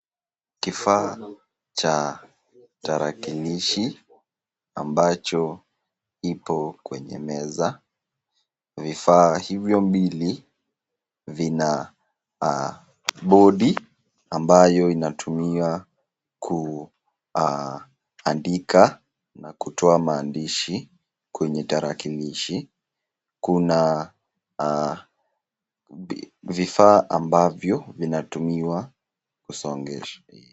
Kifaa cha tarakilishi ambacho ipo kwenye meza. Vifaa hivo mbili vina bodi ambayo inatumiwa kuandika na kutoa maandishi kwenye tarakilishi. Kuna vifaa ambavyo vinatumiwa kusongesha.